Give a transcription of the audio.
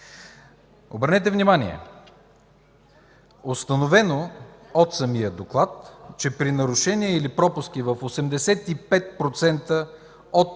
Обърнете внимание, установено от самия доклад, че при нарушения или пропуски в 85% от